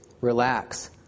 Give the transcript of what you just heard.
Relax